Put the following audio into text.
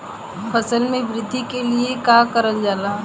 फसल मे वृद्धि के लिए का करल जाला?